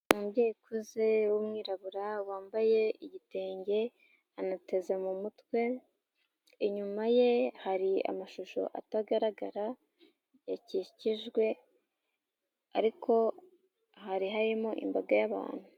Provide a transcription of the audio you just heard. Umubyeyi ukuze w'umwirabura wambaye igitenge anateze mu mutwe, inyuma ye hari amashusho atagaragara yakikijwe ariko hari harimo imbaga y'abantu.